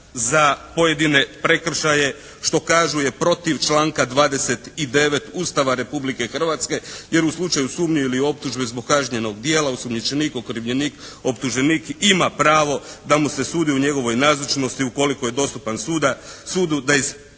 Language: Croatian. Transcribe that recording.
za pojedine prekršaje što kažu je protiv članka 29. Ustava Republike Hrvatske jer u slučaju sumnje i optužbe zbog kažnjenog dijela osumnjičenik, okrivljenik, optuženik ima pravo da mu se sudi u njegovoj nazočnosti ukoliko je dostupan sudu da